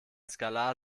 skalar